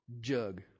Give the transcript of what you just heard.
Jug